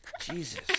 Jesus